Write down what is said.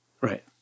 Right